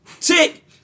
tick